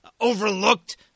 overlooked